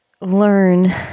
learn